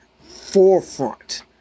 forefront